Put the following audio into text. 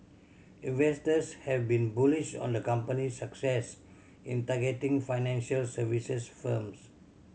investors have been bullish on the company's success in targeting financial services firms